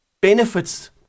benefits